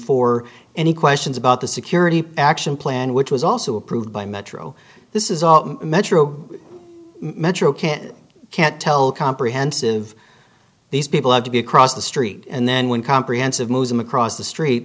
for any questions about the security action plan which was also approved by metro this is our metro metro can't can't tell comprehensive these people have to be across the street and then when comprehensive moves them across the street